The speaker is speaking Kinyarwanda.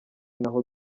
naho